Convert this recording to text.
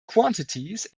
quantities